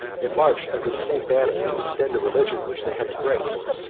and marched under the same banner to extend the religion which they had embraced.